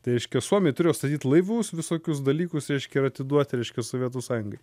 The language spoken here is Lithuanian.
tai reiškia suomiai turėjo statyt laivus visokius dalykus reiškia ir atiduot reiškia sovietų sąjungai